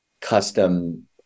custom